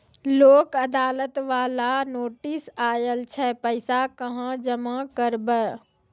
लोक अदालत बाला नोटिस आयल छै पैसा कहां जमा करबऽ?